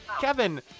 Kevin